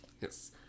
Yes